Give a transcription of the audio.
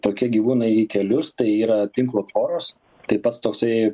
tokie gyvūnai į kelius tai yra tinklo tvoros tai pats toksai